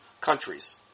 countries